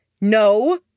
No